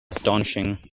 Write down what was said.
astonishing